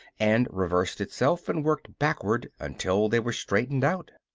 and reversed itself and worked backward until they were straightened out.